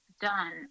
done